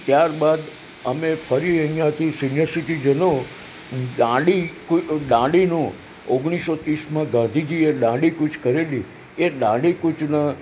ત્યારબાદ અમે ફરી અહીંયાથી સિનિયર સિટીઝનો દાંડી કૂ દાંડીનો ઓગણીસો ત્રીસમાં ગાંધીજીએ દાંડીકૂચ કરેલી એ દાંડીકૂચના